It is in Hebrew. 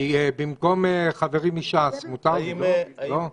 במקום חברי מש"ס, מותר לי, לא?